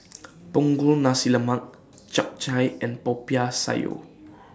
Punggol Nasi Lemak Chap Chai and Popiah Sayur